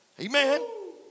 Amen